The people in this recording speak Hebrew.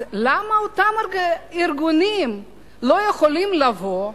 אז למה אותם ארגונים לא יכולים לבוא,